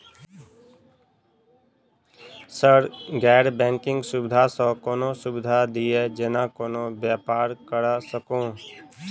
Sir गैर banking सुविधा सँ कोनों सुविधा दिए जेना कोनो व्यापार करऽ सकु?